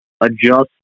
adjust